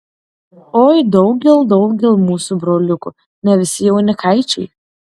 oi daugel daugel mūsų broliukų ne visi jaunikaičiai